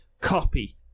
copy